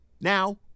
Now